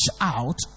out